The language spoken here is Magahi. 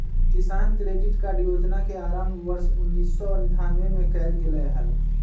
किसान क्रेडिट कार्ड योजना के आरंभ वर्ष उन्नीसौ अठ्ठान्नबे में कइल गैले हल